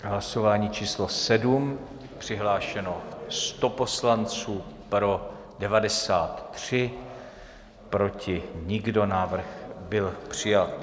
Hlasování číslo 7, přihlášeno 100 poslanců, pro 93, proti nikdo, návrh byl přijat.